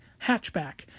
hatchback